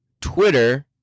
Twitter